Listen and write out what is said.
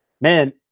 man